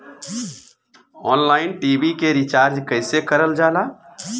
Online TV के recharge कईसे करल जाला?